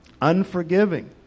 unforgiving